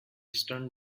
stunt